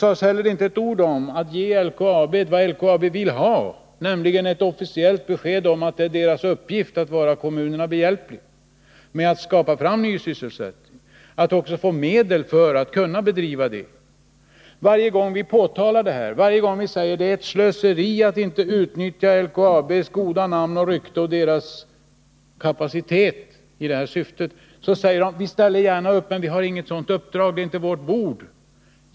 Inte heller sades det ett ord om att ge LKAB vad LKAB vill ha, nämligen ett officiellt besked om att det är företagets uppgift att vara kommunerna behjälpligt att skapa ny sysselsättning. Det sades inte ett ord om att anslå medel för att möjliggöra detta. Varje gång som vi säger att det är ett slöseri att inte utnyttja LKAB:s goda namn och rykte och företagets kapacitet för detta syfte säger de: Vi ställer gärna upp, men vi har inte något sådant uppdrag, det är inte vårt bord.